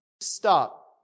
stop